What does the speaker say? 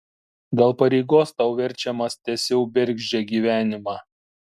gal pareigos tau verčiamas tęsiau bergždžią gyvenimą